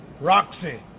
Roxy